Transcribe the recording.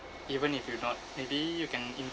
even if you're not maybe you can